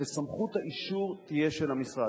שסמכות האישור תהיה של המשרד.